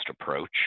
approach